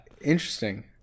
Interesting